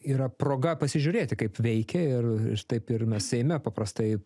yra proga pasižiūrėti kaip veikia ir ir taip ir mes seime paprastai